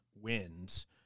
wins